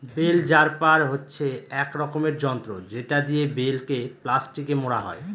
bell wrapper হচ্ছে এক রকমের যন্ত্র যেটা দিয়ে বেল কে প্লাস্টিকে মোড়া হয়